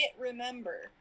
remember